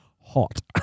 hot